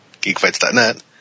geekfights.net